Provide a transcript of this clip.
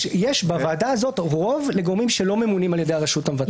יש בוועדה הזאת רוב לגורמים שלא ממונים על ידי הרשות המבצעת.